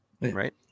Right